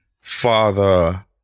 father